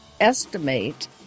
estimate